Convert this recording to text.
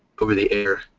over-the-air